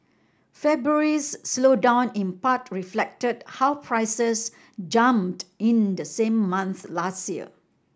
February's slowdown in part reflected how prices jumped in the same month last year